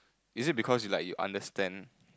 is it because you like you understand